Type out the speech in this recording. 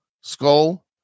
Skull